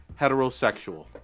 heterosexual